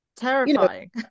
Terrifying